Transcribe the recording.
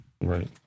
Right